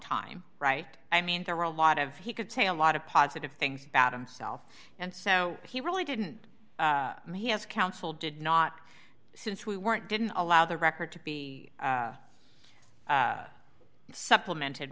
time right i mean there were a lot of he could say a lot of positive things about himself and so he really didn't he has counsel did not since we weren't didn't allow the record to be supplemented